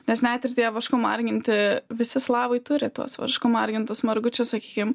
nes net ir tie vašku marginti visi slavai turi tuos vašku margintus margučius sakykim